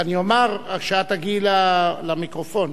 רצית לומר,